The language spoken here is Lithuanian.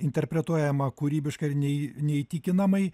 interpretuojama kūrybiškai ir nei neįtikinamai